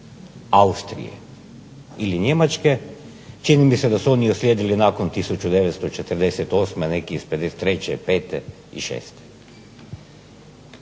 Austrije ili Njemačke. Čini mi se da su oni uslijedili nakon 1948. Neki iz '53., pete i šeste.